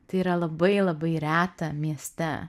tai yra labai labai reta mieste